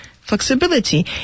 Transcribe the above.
flexibility